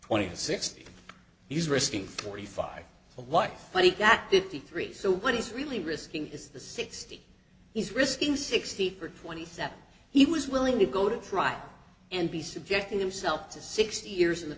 twenty and sixty he's risking forty five to life but he got fifty three so what is really risking is the sixty he's risking sixty for twenty seven he was willing to go to trial and be subjecting himself to sixty years in the